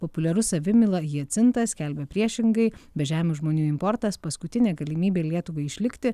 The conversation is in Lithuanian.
populiarus savimyla hiacintas skelbia priešingai bežemių žmonių importas paskutinė galimybė lietuvai išlikti